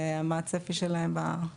ומה הצפי שלהם בחצי השנה הקרובה.